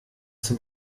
zum